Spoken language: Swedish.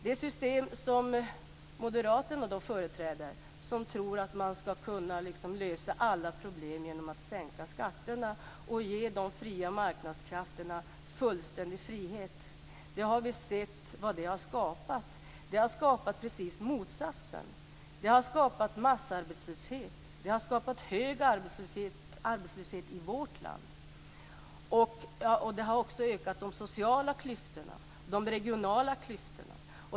Det system som moderaterna företräder innebär att alla problem löses genom att sänka skatterna och ge de fria marknadskrafterna fullständig frihet. Vi har sett vad det har skapat, nämligen precis motsatsen. Det har skapat massarbetslöshet, hög arbetslöshet i vårt land. Det har också ökat de sociala klyftorna och de regionala klyftorna.